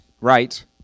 right